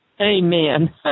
Amen